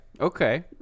okay